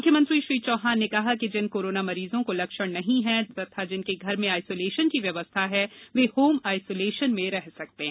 मुख्यमंत्री श्री चौहान ने कहा कि जिन कोरोना मरीजों को लक्षण नहीं है तथा जिनके घर में आइसोलेशन की व्यवस्था है वे होम आइसोलेशन में रह सकते हैं